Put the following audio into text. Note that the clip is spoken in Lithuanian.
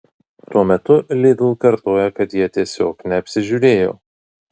tuo metu lidl kartoja kad jie tiesiog neapsižiūrėjo